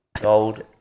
Gold